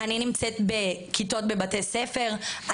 אני נמצאת בכיתות בבתי ספר,